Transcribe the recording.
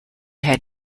had